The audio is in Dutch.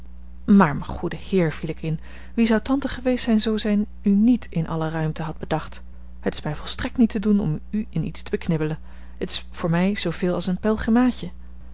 maar mijn goede heer viel ik in wie zou tante geweest zijn zoo zij u niet in alle ruimte had bedacht het is mij volstrekt niet te doen om u in iets te beknibbelen t is voor mij zooveel als een